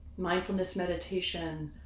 mindfulness, meditation,